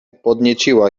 podnieciła